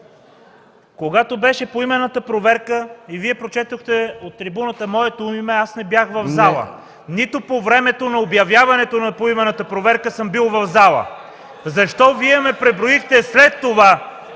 Когато беше поименната проверка и Вие прочетохте от трибуната моето име, аз не бях в залата, нито по време на обявяването на поименната проверка съм бил в залата. Защо Вие ме преброихте след това